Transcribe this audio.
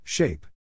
Shape